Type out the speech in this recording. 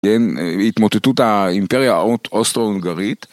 הן התמוטטות האימפריה האוסטרו-הונגרית